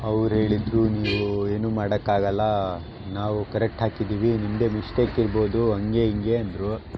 ಅವ್ರು ಹೇಳಿದ್ರು ನೀವು ಏನೂ ಮಾಡೋಕಾಗಲ್ಲ ನಾವು ಕರೆಕ್ಟ್ ಹಾಕಿದ್ದೀವಿ ನಿಮ್ಮದೆ ಮಿಸ್ಟೇಕ್ ಇರ್ಬೋದು ಹಂಗೆ ಹಿಂಗೆ ಅಂದರು